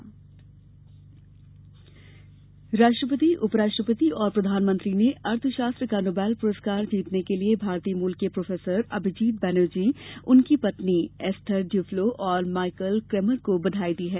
पेश है एक रिपोर्ट नोबेल बधाई राष्ट्रपति उप राष्ट्रपति और प्रधानमंत्री ने अर्थशास्त्र का नोबेल पुरस्कार जीतने के लिए भारतीय मूल के प्रोफेसर अभिजीत बैनर्जी उनकी पत्नी एस्थर ड्यूफ्लो और माइकल क्रेमर को बधाई दी है